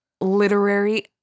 literary